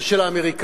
או של האמריקנים.